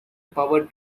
power